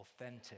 authentic